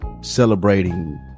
Celebrating